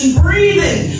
breathing